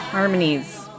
Harmonies